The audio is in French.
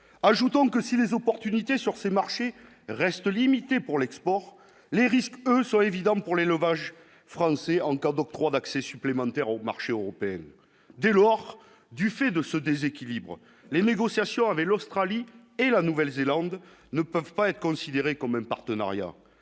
ajoutant que si les opportunités sur ces marchés restent limités pour l'export, les risques sont évidents pour les lots français encore d'octroi d'accès supplémentaire au marché européen, dès lors, du fait de ce déséquilibre, les négociations avec l'Australie et la Nouvelle-Zélande ne peuvent pas être considéré comme un partenariat